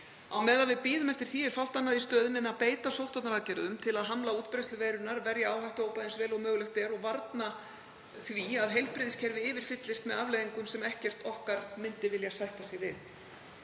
Á meðan við bíðum eftir því er fátt annað í stöðunni en að beita sóttvarnaaðgerðum til að hamla útbreiðslu veirunnar, verja áhættuhópa eins vel og mögulegt er og varna því að heilbrigðiskerfið yfirfyllist með afleiðingum sem ekkert okkar myndi vilja sætta sig við.